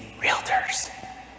realtors